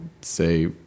say